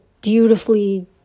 beautifully